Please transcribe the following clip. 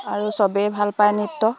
আৰু সবেই ভাল পায় নৃত্য